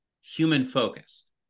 human-focused